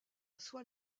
soit